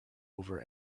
over